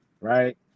right